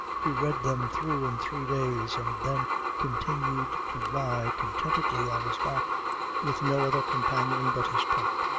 he read them through in three days and then continued to lie contentedly on his back with no other companion but his pipe.